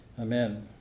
Amen